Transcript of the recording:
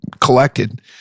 collected